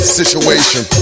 situation